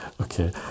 okay